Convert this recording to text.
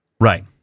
Right